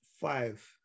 five